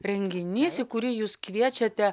renginys į kurį jūs kviečiate